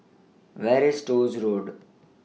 Where IS Stores Road